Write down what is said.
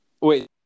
Wait